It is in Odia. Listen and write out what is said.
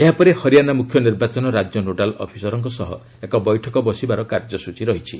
ଏହାପରେ ହରିୟାଣା ମୁଖ୍ୟ ନିର୍ବାଚନ ରାଜ୍ୟ ନୋଡାଲ ଅଫିସରଙ୍କ ସହ ଏକ ବୈଠକ ବସିବାର କାର୍ଯ୍ୟସ୍ଚଚୀ ରହିଛି